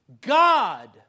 God